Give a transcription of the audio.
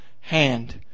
hand